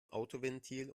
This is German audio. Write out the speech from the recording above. autoventil